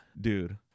dude